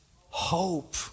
hope